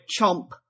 chomp